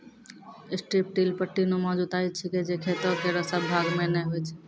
strip till पट्टीनुमा जुताई छिकै जे खेतो केरो सब भाग म नै होय छै